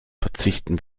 verzichten